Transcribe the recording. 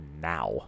now